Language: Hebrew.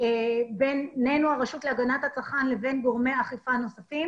בין הרשות להגנת הצרכן לבין גורמי אכיפה נוספים